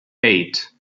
eight